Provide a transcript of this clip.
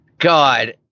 god